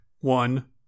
one